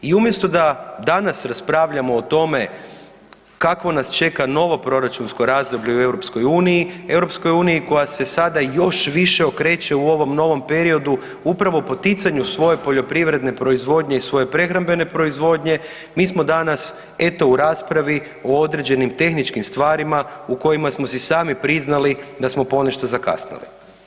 I umjesto da danas raspravljamo o tome kakvo nas čeka novo proračunsko razdoblje u EU, EU koja se sada još više okreće u ovom novom periodu upravo poticanju svoje poljoprivredne proizvodnje i svoje prehrambene proizvodnje mi smo danas eto u raspravi o određenim tehničkim stvarima u kojima smo si sami priznali da smo ponešto zakasnili.